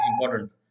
important